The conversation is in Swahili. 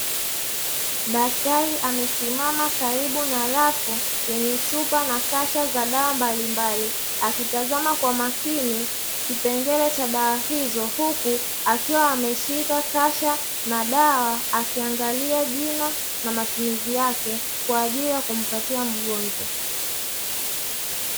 Daktari amesimama karibu na rafu, yenye chupa na kasha za dawa mbalimbali, akitaza kwa makini kipengele cha dawa hizo, huku akiwa ameshika kasha na dawa akiangalia jina na matumizi yake, kwa ajili ya kumpatia mgonjwa.